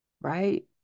right